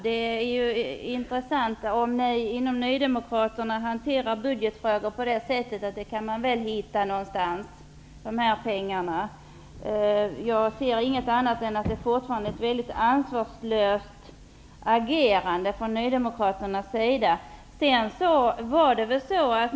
Det är intressant om ni nydemokrater hanterar budgetfrågor på det sättet att ni menar att pengar går väl att hitta någonstans. Jag ser fortfarande ingenting annat än att det är ett väldigt ansvarslöst agerande från Nydemokraternas sida.